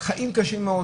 חיים קשים מאוד.